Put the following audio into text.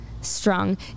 strong